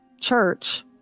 church